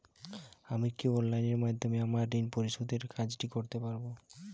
আমি কি অনলাইন মাধ্যমে আমার ঋণ পরিশোধের কাজটি করতে পারব?